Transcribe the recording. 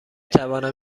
توانم